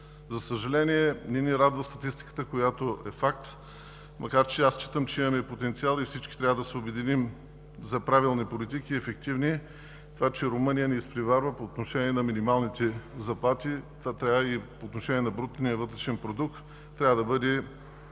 За съжаление, не ни радва статистиката, която е факт, макар че считам, че имаме потенциал и всички трябва да се обединим за правилни ефективни политики. Това, че Румъния ни изпреварва по отношение на минималните заплати и по отношение на брутния вътрешен продукт, трябва да бъде